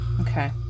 Okay